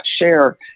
share